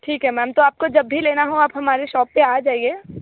ठीक है मैम तो आपको जब भी लेना हो आप हमारे शॉप पर आ जाइए